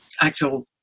actual